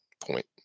point